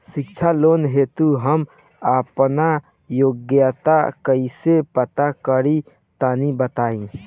शिक्षा लोन हेतु हम आपन योग्यता कइसे पता करि तनि बताई?